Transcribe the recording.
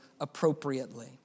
appropriately